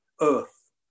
earth